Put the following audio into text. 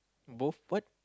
both what